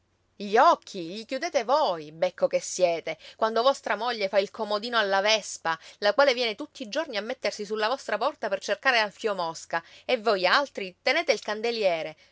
gli occhi chiudete voi becco che siete quando vostra moglie fa il comodino alla vespa la quale viene tutti i giorni a mettersi sulla vostra porta per cercare alfio mosca e voi altri tenete il candeliere